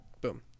Boom